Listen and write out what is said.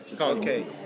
Okay